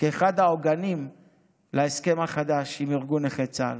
כאחד העוגנים להסכם החדש עם ארגון נכי צה"ל.